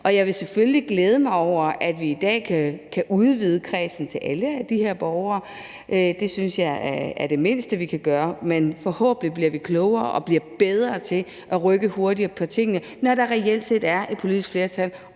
jeg vil selvfølgelig glæde mig over, at vi i dag kan udvide kredsen til alle de her borgere; det synes jeg er det mindste, vi kan gøre. Men forhåbentlig bliver vi klogere og bedre til at rykke hurtigere på tingene, når der reelt set er et politisk flertal